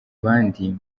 abandi